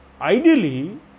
Ideally